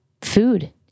food